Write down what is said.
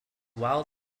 while